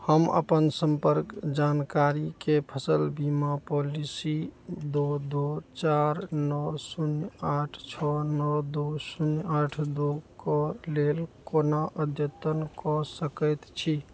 हम अपन सम्पर्क जानकारीके फसल बीमा पॉलिसी दो दो चारि नओ शून्य आठ छओ नओ दो शून्य आठ दो कऽ लेल कोना अद्यतन कऽ सकैत छी